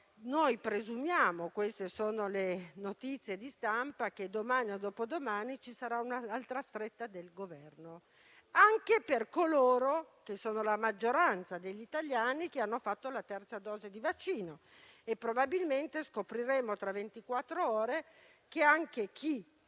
Presumiamo - queste almeno sono le notizie di stampa - che domani o dopodomani ci sarà un'altra stretta del Governo anche per coloro che come me, la maggioranza degli italiani, hanno fatto la terza dose di vaccino: probabilmente scopriremo tra ventiquattro ore che anche chi